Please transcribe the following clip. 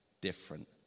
different